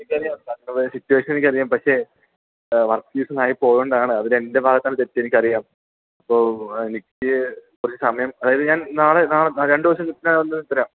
എനിക്കറിയാം താങ്കളുടെ സിറ്റേഷ്വൻ എനിക്ക് അറിയാം പക്ഷേ വർക്ക് സീസൺ ആയി പോയത് കൊണ്ടാണ് അവിടെ എൻ്റെ ഭാഗത്താണ് തെറ്റ് എനിക്കറിയാം അപ്പോൾ എനിക്ക് കുറച്ച് സമയം അതായത് ഞാൻ നാളെ നാളെ നാളെ രണ്ട് ദിവസത്തിന് അകത്ത് തരാം